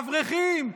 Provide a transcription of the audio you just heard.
אברכים,